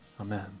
Amen